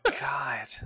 God